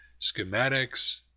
Schematics